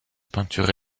peinture